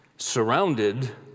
Surrounded